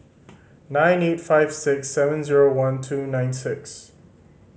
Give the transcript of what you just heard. nine eight five six seven zero one two nine six